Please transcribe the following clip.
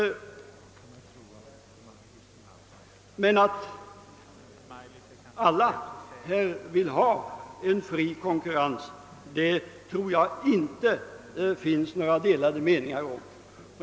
Men om önskvärdheten av en fri konkurrens tror jag inte att det finns några delade meningar.